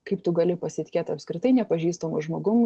kaip tu gali pasitikėt apskritai nepažįstamu žmogum